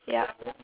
yup